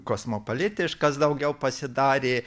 kosmopolitiškas daugiau pasidarė